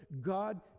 god